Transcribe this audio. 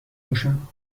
باشم